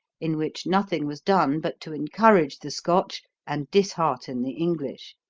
in which nothing was done but to encourage the scotch and dishearten the english.